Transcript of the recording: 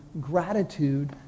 gratitude